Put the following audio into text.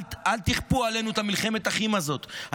אל תכפו עלינו את מלחמת האחים הזאת,